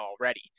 already